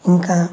ఇంకా